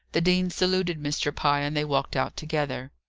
the dean saluted mr. pye, and they walked out together.